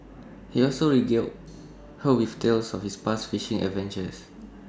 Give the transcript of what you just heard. he also regaled her with tales of his past fishing adventures